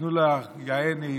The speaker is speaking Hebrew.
ונתנו לה, יעני,